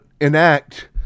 enact